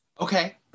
Okay